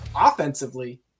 offensively